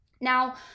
Now